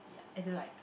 as in like